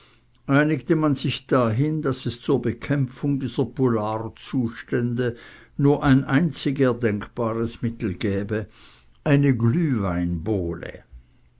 einigte man sich dahin daß es zur bekämpfung dieser polarzustände nur ein einzig erdenkbares mittel gäbe eine glühweinbowle